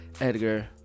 Edgar